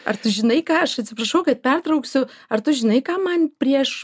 ar tu žinai ką aš atsiprašau kad pertrauksiu ar tu žinai ką man prieš